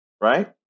Right